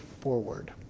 forward